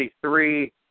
three